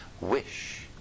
wish